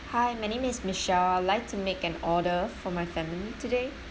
hi my name is michelle I'll like to make an order for my family today